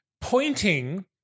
pointing